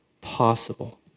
possible